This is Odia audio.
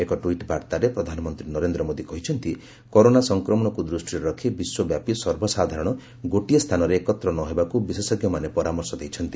ଏକ ଟୁଇଟ୍ ବାର୍ତ୍ତାରେ ପ୍ରଧାନମନ୍ତ୍ରୀ ନରେନ୍ଦ୍ର ମୋଦି କହିଛନ୍ତି ଯେ କରୋନା ସଂକ୍ରମଣକୁ ଦୂଷ୍ଟିରେ ରଖି ବିଶ୍ୱବ୍ୟାପି ସର୍ବସାଧାରଣ ଗୋଟିଏ ସ୍ଥାନରେ ଏକତ୍ର ନ ହେବାକୁ ବିଶେଷଜ୍ଞମାନେ ପରାମର୍ଶ ଦେଇଛନ୍ତି